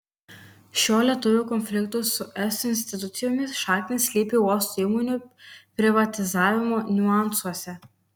šio lietuvių konflikto su es institucijomis šaknys slypi uosto įmonių privatizavimo niuansuose